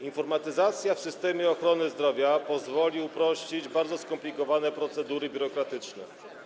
Informatyzacja w systemie ochrony zdrowia pozwoli uprościć bardzo skomplikowane procedury biurokratyczne.